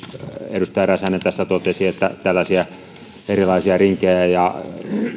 edustaja räsänen tässä totesi tällaisia erilaisia rinkejä ja